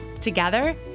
Together